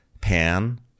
pan